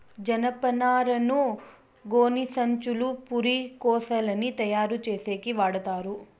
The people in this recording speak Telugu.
జనపనారను గోనిసంచులు, పురికొసలని తయారు చేసేకి వాడతారు